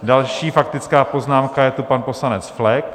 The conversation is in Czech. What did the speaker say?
Další faktická poznámka je tu, pan poslanec Flek.